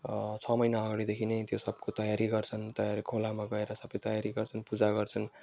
छ महिना अगाडिदेखि नै त्यो सबको तयारी गर्छन् तयार खोलामा गएर सबै तयारी गर्छन् पूजा गर्छन्